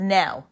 now